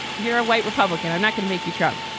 you're a white republican are not going to make you trump.